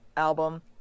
album